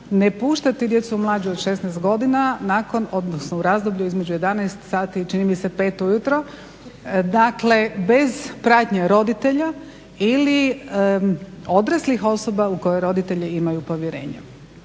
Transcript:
ne puštati djecu mlađu od 16 godina nakon, odnosno u razdoblju između 11 sati i čini mi se 5 ujutro bez pratnje roditelja ili odraslih osoba u koje roditelji imaju povjerenja.